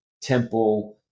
temple